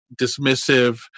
dismissive